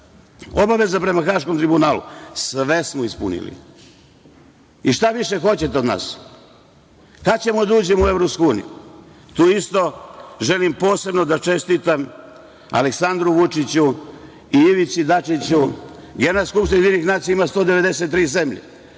itd. Obaveze prema Haškom tribunalu, sve smo ispunili. I šta više hoćete od nas? Kada ćemo da uđemo u Evropsku uniju? Tu isto želim posebno da čestitam Aleksandru Vučiću i Ivici Dačiću. Generalna skupština Ujedinjenih nacija ima 193 zemlje.